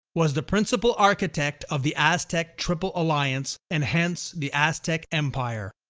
was the principal architect of the aztec triple alliance and hence the aztec empire.